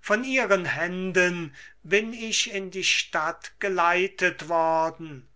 von ihren händen bin ich in die stadt geleitet worden